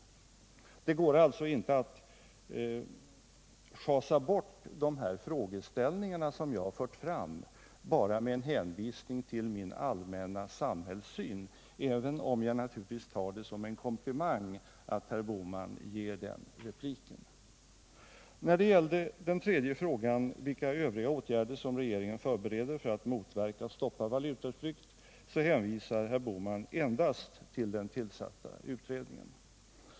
Det går alltså inte att schasa bort de här frågeställningarna som jag har fört fram bara med en hänvisning till min allmänna samhällssyn, även om jag naturligtvis tar det som herr Bohman sade i repliken som en komplimang. Beträffande min tredje fråga, som gällde vilka övriga åtgärder som regeringen förbereder för att motverka och stoppa valutaflykt, hänvisar herr Bohman endast till den tillsatta utredningen.